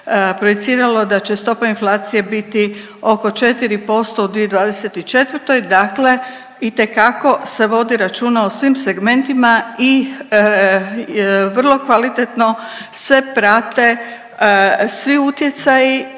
projiciralo da će stopa inflacije biti oko 4% u 2024., dakle itekako se vodi računa o svim segmentima i vrlo kvalitetno se prate svi utjecaji